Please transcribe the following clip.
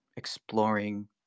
Exploring